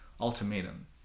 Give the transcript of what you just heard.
ultimatum